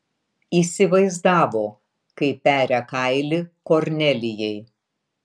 įsivaizdavo kaip peria kailį kornelijai